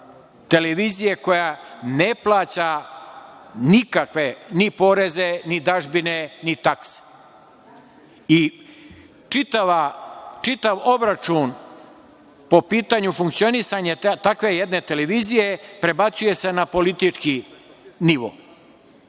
televizije koja ne plaća nikakve ni poreze, ni dažbine, ni takse i čitav obračun po pitanju funkcionisanja takve jedne televizije prebacuje se na politički nivo.